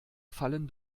fallen